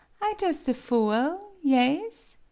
i jus' a foo-el yaes.